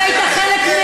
אתה היית חלק מהם,